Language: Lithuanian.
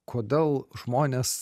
kodėl žmonės